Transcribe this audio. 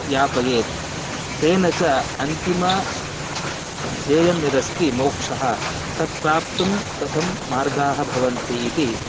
व्यापयेत् तेन च अन्तिमः ध्येयः यः अस्ति मोक्षः तं प्राप्तुं कथं मार्गाः भवन्ती इति